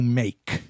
make